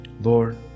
lord